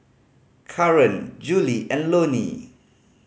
Karan Juli and Loney